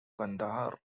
kandahar